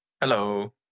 Hello